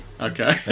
Okay